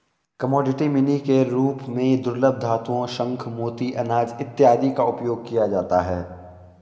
commodity money के रूप में दुर्लभ धातुओं शंख मोती अनाज इत्यादि का उपयोग किया जाता है